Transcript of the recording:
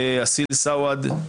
אסיל סוואד,